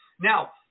now